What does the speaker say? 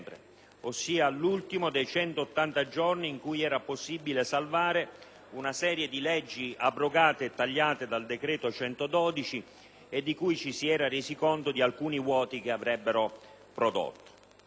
ossia l'ultimo dei 180 giorni in cui era possibile salvare una serie di leggi abrogate e tagliate dal decreto n. 112, in relazione alle quali ci si era resi conto di alcuni vuoti che si sarebbero prodotti.